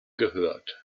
gehört